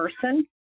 person